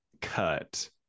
cut